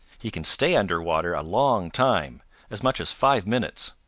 he can stay under water a long time as much as five minutes.